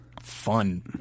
fun